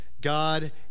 God